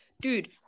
dude